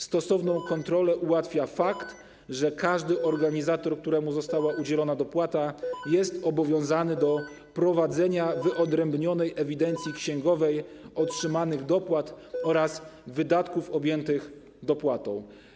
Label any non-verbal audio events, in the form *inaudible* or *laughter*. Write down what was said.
Stosowną kontrolę *noise* ułatwia fakt, że każdy organizator, któremu została udzielona dopłata, jest obowiązany do prowadzenia wyodrębnionej ewidencji księgowej otrzymanych dopłat oraz wydatków objętych dopłatą.